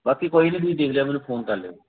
ਬਾਕੀ ਕੋਈ ਨਹੀਂ ਤੁਸੀਂ ਦੇਖ ਲਓ ਮੈਨੂੰ ਫੋਨ ਕਰ ਲਿਓ